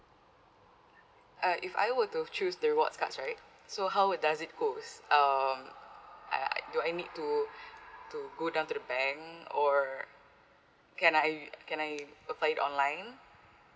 uh if I were to choose the rewards cards right so how would does it goes um I do I need to to go down to the bank or can I can I apply it online